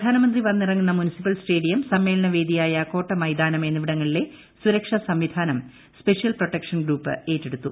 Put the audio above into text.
പ്രധാനമന്ത്രി വന്നിറങ്ങുന്ന municipal stadium സമ്മേളന വേദിയായ കോട്ട മൈതാനം എന്നിവടങ്ങളിലെ സുരക്ഷാ സംവിധാനം സ്പെഷ്യൽ പ്രൊട്ടക്ഷൻ ഗ്രൂപ്പ് ഏറ്റെടുത്തു